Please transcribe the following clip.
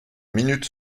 minute